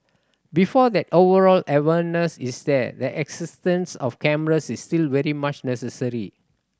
before that overall awareness is there the existence of cameras is still very much necessary